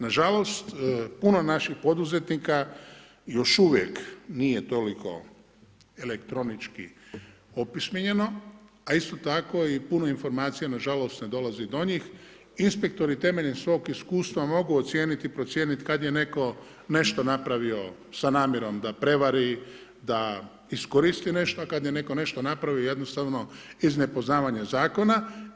Nažalost, puno naših poduzetnika još uvijek nije toliko elektronički opismenjeno, a isto tako puno informacija nažalost ne dolazi do njih, inspektori temeljem svojeg iskustva mogu ocijeniti, procijeniti kad je netko nešto napravio sa namjerom da prevari, da iskoristi nešto, a kad je netko nešto napravio, jednostavno iz nepoznavanja zakona.